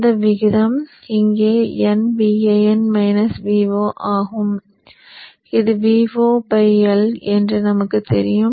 இந்த வீதம் இங்கே nVin Vo ஆகும் இது Vo by L என்று நமக்கு தெரியும்